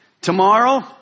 Tomorrow